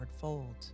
fold